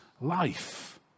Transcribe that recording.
life